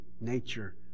nature